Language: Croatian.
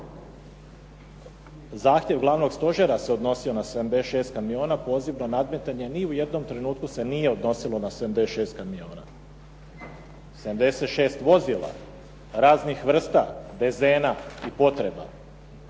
Zahtjev Glavnog stožera se odnosio na 76 kamiona. Pozivno nadmetanje ni u jednom trenutku se nije odnosilo na 76 kamiona. 76 vozila raznih vrsta, dezena i potreba